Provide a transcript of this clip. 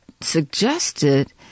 suggested